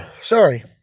Sorry